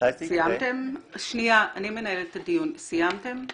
אני רק